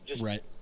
Right